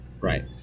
Right